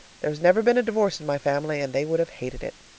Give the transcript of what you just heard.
there's never been a divorce in my family, and they would have hated it.